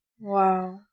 Wow